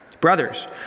Brothers